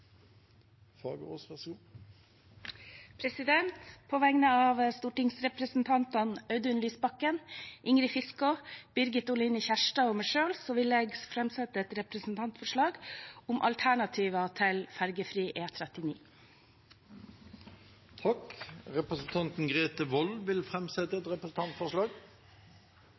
Fagerås vil framsette et representantforslag. På vegne av stortingsrepresentantene Audun Lysbakken, Ingrid Fiskaa, Birgit Oline Kjerstad og meg selv vil jeg framsette et representantforslag om alternativ til fergefri E39. Representanten Grete Wold vil framsette et representantforslag.